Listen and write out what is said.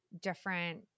different